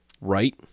Right